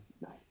Nice